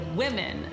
women